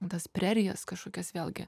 tas prerijas kažkokias vėlgi